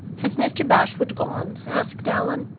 has mr. bashwood gone? asked allan.